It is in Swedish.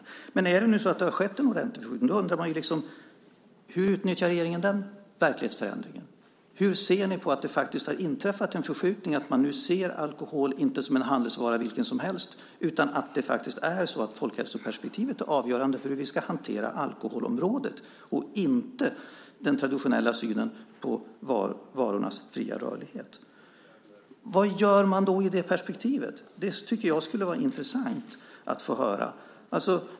Om det har skett en ordentlig förskjutning undrar man hur regeringen utnyttjar den verklighetsförändringen. Hur ser ni på att det faktiskt har inträffat en förskjutning, att man nu ser alkohol inte som en handelsvara vilken som helst utan att folkhälsoperspektivet är avgörande för hur vi ska hantera alkoholområdet och inte den traditionella synen på varornas fria rörlighet? Vad gör man i det perspektivet? Det tycker jag skulle vara intressant att få höra.